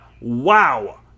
wow